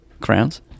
Crowns